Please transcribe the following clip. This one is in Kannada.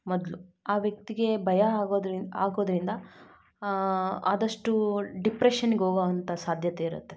ಮೊದಲು ಆ ವ್ಯಕ್ತಿಗೆ ಭಯ ಆಗೋದ್ರಿ ಆಗೋದರಿಂದ ಆದಷ್ಟು ಡಿಪ್ರೆಷನ್ಗೆ ಹೋಗೋವಂತ ಸಾಧ್ಯತೆ ಇರುತ್ತೆ